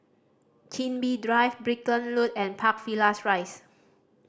Chin Bee Drive Brickland Road and Park Villas Rise